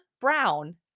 Brown